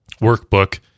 workbook